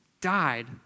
died